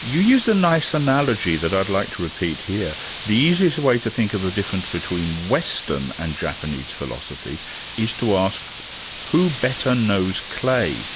you use a nice analogy that i'd like to repeat here the easiest way to think of the difference between western and japanese philosophy is to ask who better knows clay,